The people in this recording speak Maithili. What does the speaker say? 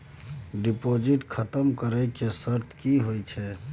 डिपॉजिट खतम करे के की सर्त होय छै?